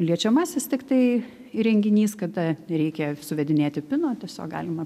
liečiamasis tiktai įrenginys kada nereikia suvedinėti pino tiesiog galima